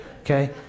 Okay